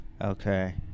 Okay